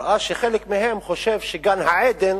מראה שחלק מהם חושב שגן-העדן